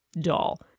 doll